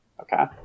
Okay